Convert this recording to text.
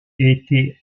était